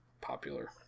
popular